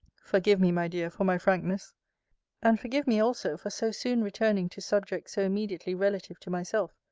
forgive me, my dear, for my frankness and forgive me, also, for so soon returning to subject so immediately relative to myself,